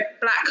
black